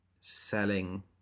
selling